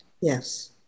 Yes